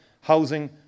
housing